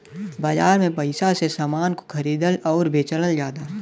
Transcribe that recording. बाजार में पइसा से समान को खरीदल आउर बेचल जाला